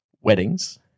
weddings